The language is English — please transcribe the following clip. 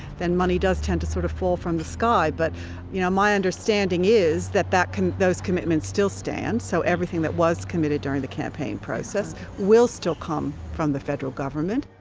then money does tend to sort of fall from the sky. but you know my understanding is that that those commitments still stand, so everything that was committed during the campaign process will still come from the federal government.